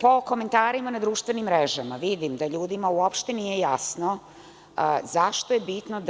Po komentarima na društveni mrežama, vidim da ljudima uopšte nije jasno zašto je bitno